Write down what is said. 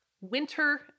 winter